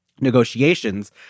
negotiations